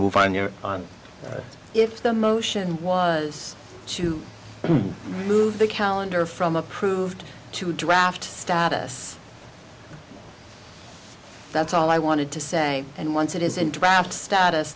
move on your on if the motion was to move the calendar from approved to draft status that's all i wanted to say and once it is a draft status